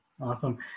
Awesome